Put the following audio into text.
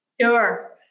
sure